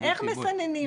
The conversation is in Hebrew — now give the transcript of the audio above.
איך מסננים,